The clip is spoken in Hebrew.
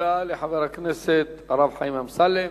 תודה לחבר הכנסת הרב חיים אמסלם.